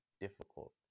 difficult